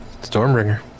Stormbringer